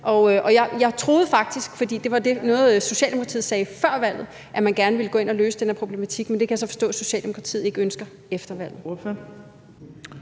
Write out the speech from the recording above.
Og jeg troede faktisk – for det var noget, Socialdemokratiet sagde før valget – at man gerne ville gå ind og løse den her problematik. Men det kan jeg så forstå at Socialdemokratiet ikke ønsker efter valget.